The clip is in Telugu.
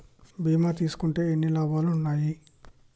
బీమా తీసుకుంటే ఎన్ని లాభాలు ఉన్నాయి?